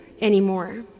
anymore